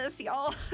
y'all